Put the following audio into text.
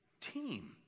team